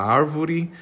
árvore